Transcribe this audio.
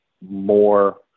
more